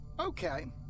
Okay